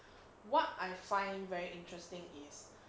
what I find very interesting is